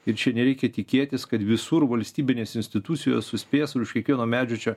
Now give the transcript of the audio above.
ir čia nereikia tikėtis kad visur valstybinės institucijos suspės už kiekvieno medžio čia